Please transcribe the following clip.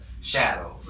shadows